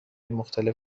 مختلف